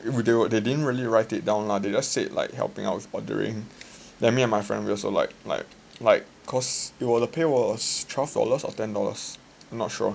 they they didn't really write it down lah they just said like helping out with ordering then me and my friend we also like like like cause the pay was twelve dollars or ten dollars not sure